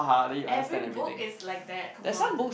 every book is like that come on